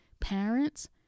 parents